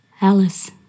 Alice